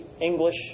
English